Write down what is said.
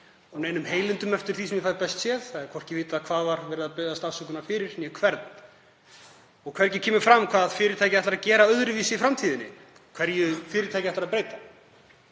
af neinum heilindum eftir því sem ég fæ best séð. Það er hvorki vitað hverju var verið að biðjast afsökunar á né fyrir hvern. Og hvergi kemur fram hvað fyrirtækið ætlar að gera öðruvísi í framtíðinni, hverju fyrirtækið ætlar að breyta.